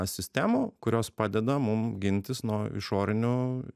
sistemų kurios padeda mum gintis nuo išorinių